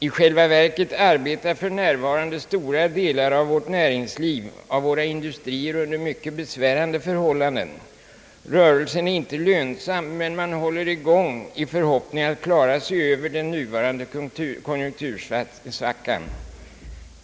I själva verket arbetar för närvarande stora delar av vårt näringsliv och våra industrier under mycket besvärande förhållanden. Rörelsen är inte lönsam, men man håller i gång i förhoppning att klara sig över den nuvarande konjunktursvackan.